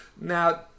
now